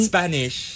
Spanish